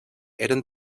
eren